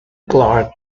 clarke